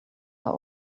are